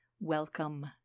Welcome